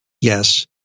Yes